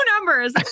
numbers